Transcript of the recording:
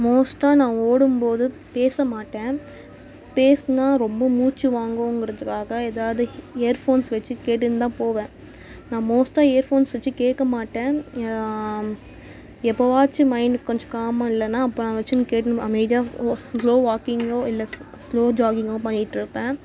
மோஸ்ட்டாக நான் ஓடும் போது பேச மாட்டேன் பேசுனால் ரொம்ப மூச்சு வாங்குங்கிறதுக்காக ஏதாவது ஹியர் ஃபோன்ஸ் வச்சு கேட்டுன்னு தான் போவேன் நான் மோஸ்ட்டாக ஹியர் ஃபோன்ஸ் வச்சு கேட்க மாட்டேன் எப்போவாச்சும் மைண்டுக்கு கொஞ்சம் காமாக இல்லைன்னா அப்போ நான் வச்சுன்னு கேட்டுன்னு அமைதியாக ஒ ஸ்லோ வாக்கிங்கோ இல்லை ஸ் ஸ்லோ ஜாகிங்கோ பண்ணிகிட்டு இருப்பேன்